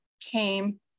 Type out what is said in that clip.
came